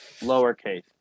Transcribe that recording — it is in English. lowercase